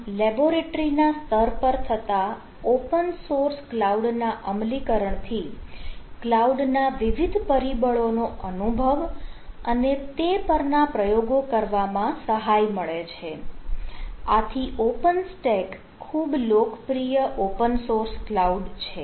આમ લેબોરેટરીના સ્તર પર થતા ઓપન સોર્સ ક્લાઉડ ના અમલીકરણથી ક્લાઉડ ના વિવિધ પરિબળો નો અનુભવ અને તે પર ના પ્રયોગો કરવામાં સહાય મળે છે આથી ઓપન સ્ટેક ખૂબ લોકપ્રિય ઓપન સોર્સ ક્લાઉડ છે